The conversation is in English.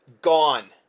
Gone